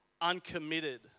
uncommitted